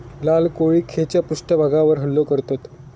लाल कोळी खैच्या पृष्ठभागावर हल्लो करतत?